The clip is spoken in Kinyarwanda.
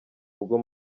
ubwo